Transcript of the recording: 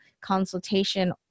consultation